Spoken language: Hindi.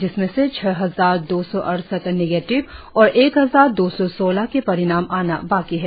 जिसमें से छह हजार दो सौ अड़सठ निगेटिव और एक हजार दो सौ सोलह के परिणाम आना बाकी है